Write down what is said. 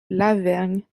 lavergne